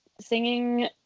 singing